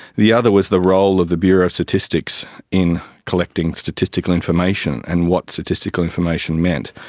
the other was the role of the bureau of statistics in collecting statistical information and what statistical information meant.